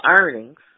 earnings